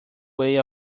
way